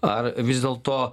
ar vis dėlto